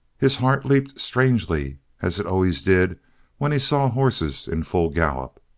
his heart leaped strangely, as it always did when he saw horses in full gallop.